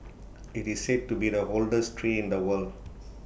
IT is said to be the oldest tree in the world